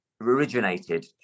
originated